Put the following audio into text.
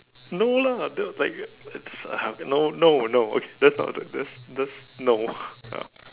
no lah that was like that's uh okay no no no that's not the that's that's no ya